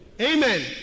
Amen